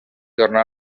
tornà